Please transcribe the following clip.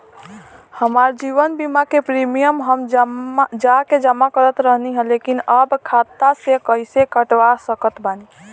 हमार जीवन बीमा के प्रीमीयम हम जा के जमा करत रहनी ह लेकिन अब खाता से कइसे कटवा सकत बानी?